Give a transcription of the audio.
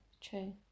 True